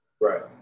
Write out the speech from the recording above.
Right